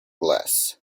glass